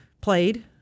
played